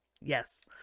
Yes